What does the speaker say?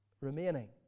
remaining